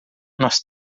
nós